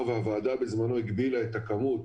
הוועדה הגדילה בזמנו את הכמות